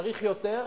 צריך יותר,